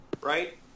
Right